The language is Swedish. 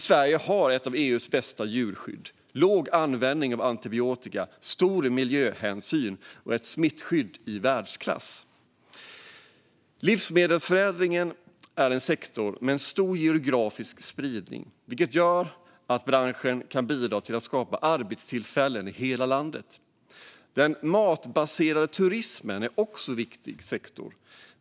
Sverige har ett av EU:s bästa djurskydd, låg användning av antibiotika, stor miljöhänsyn och ett smittskydd i världsklass. Livsmedelsförädlingen är en sektor med stor geografisk spridning, vilket gör att branschen kan bidra till att skapa arbetstillfällen i hela landet. Den matbaserade turismen är också en viktig sektor.